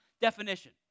definition